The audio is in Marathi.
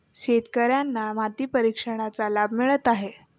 शेतकर्यांना माती परीक्षणाचा लाभ मिळत आहे